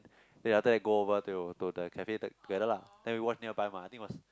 then after that go over till to the cafe the together lah then we watch nearby mah I think it was